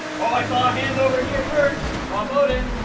oh, i saw a hand over here first. rob bowden.